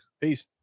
Peace